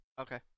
Okay